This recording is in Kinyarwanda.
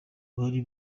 bari